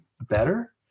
better